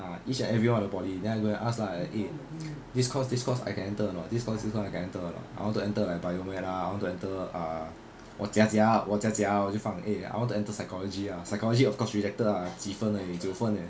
ah each and every one of the body then I go and ask like eh this course this course I can enter or not this course this course I can enter or not I want to enter like bio med lah I want to enter ah 我假假啊我假假我就放 eh I want to enter psychology ah psychology of course rejected lah 几分而已九分 leh